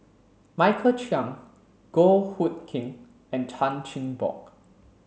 Michael Chiang Goh Hood Keng and Chan Chin Bock